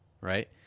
right